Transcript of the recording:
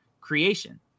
creation